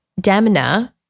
Demna